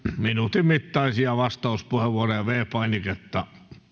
minuutin mittaisia vastauspuheenvuoroja viides painiketta